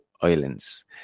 Islands